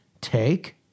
take